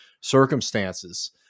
circumstances